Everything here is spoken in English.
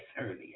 earlier